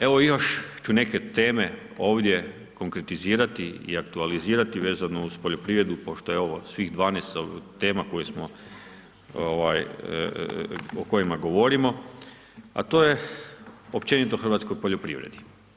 Evo još ću neke teme ovdje konkretizirati i aktualizirati vezano uz poljoprivredu pošto je ovo svih 12 tema o kojima govorimo, a to je općenito o hrvatskoj poljoprivredi.